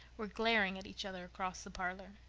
were glaring at each other across the parlor.